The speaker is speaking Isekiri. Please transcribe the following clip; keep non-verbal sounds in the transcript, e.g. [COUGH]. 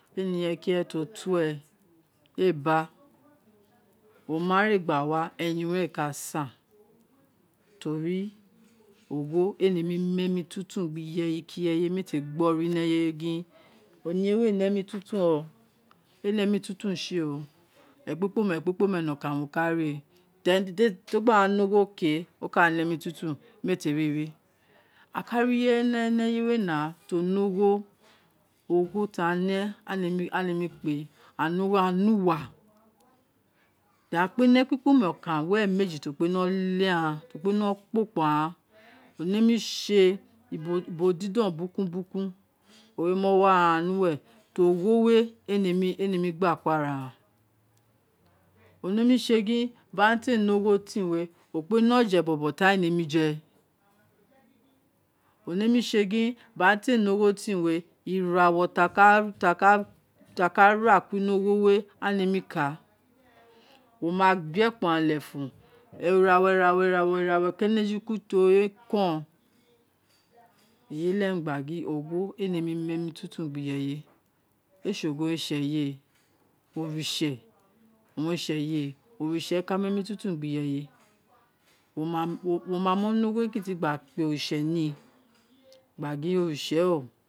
Ēē ne ireye ki ireye to tu wo, ēē ba, wo ma re gba wa [UNINTELLIGIBLE] ee ka san tori ogho ee nenu mu emi tuntun gbe ireye ki ireye mee te gbo ri ni eye we gin oniye ee ne emi tuntun so ene emi tuntun ju, ekpi kpome, nokan owun o ka rii, a ka then ti o gba ne ogho ke o ka ne emi tuntun mee te ri ri, a ka ri ireye ni eye we now to ne ogho, ogho ti aghan ne aghan nemi kpe, aghan we ogho, aghan ne uwa then aghan kpe ne ekpikpome okan were ti o no le aghan, ti okpe no kpo kpo aghan o nemi se ubo dí don bukun owun e mo wino ara ghan ni uwe, ti ogho we ee nemí gba kuri ara ghan, o nemi se gin ba aghan te ne ogho tin we o kpe ne oje bobo ti aghan ee nemí je, o nemi se gin ba ghan te oo kpe se gin ba ghan te ne ogho tin we irawo ti a ka ra kuri ino ogho we aghan ee nemí kaa, wo ma gbe ekpo ghan lefun, wari irawo, irawo, irawo ke nekun eju eju to kon, eyi owun re leghe gba gin ogho ee nemí mu emi tuntun gbe ireye, ee se ogho ee se eye oritse owun re se eye, oritse owun re ka mu emi tuntun gbe ireye wo ma mo ne ogho we ki ti gba kpe oritse ni gba gin oritse.